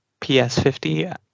ps50